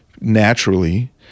naturally